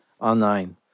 online